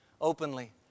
openly